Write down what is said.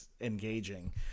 engaging